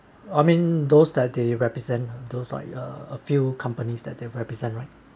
I mean those that they represent those like uh a few companies that they represent lah